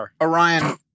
Orion